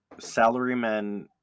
salarymen